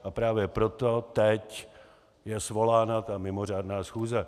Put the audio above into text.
A právě proto teď je svolána ta mimořádná schůze.